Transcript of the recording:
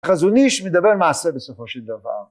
החזון איש מדבר על מעשה בסופו של דבר